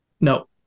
No